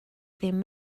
ddim